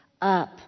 up